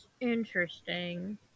interesting